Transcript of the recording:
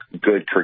good